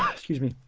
um excuse me,